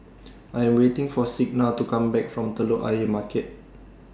I Am waiting For Signa to Come Back from Telok Ayer Market